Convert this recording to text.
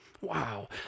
Wow